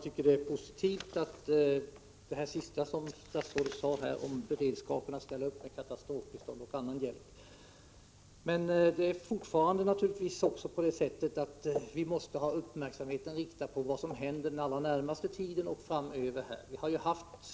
Herr talman! Den beredskap att ställa upp med katastrofbistånd och annan hjälp som statsrådet sist talade om tycker jag är positiv. Men vi måste ändå ha uppmärksamheten riktad på vad som händer den allra närmaste tiden och framöver.